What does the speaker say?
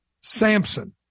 Samson